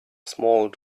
small